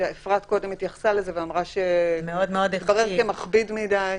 שאפרת קודם התייחסה לזה ואמרה שהתברר כמכביד מדי.